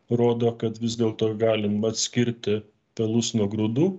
rodo kad vis dėlto galim atskirti pelus nuo grūdų